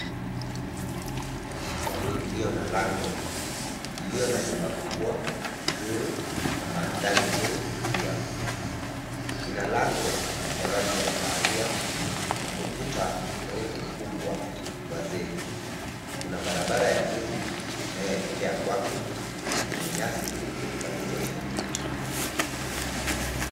Jamii iliyo na lango iliyo na nyumba kubwa nzuri na mandhari nzuri pia. Ina lango ya rangi ya kahawia na ukuta mrefu mkubwa wa zege. Kuna barabara ya vumbi inayoelekea kwake yenye nyasi pande zote mbili.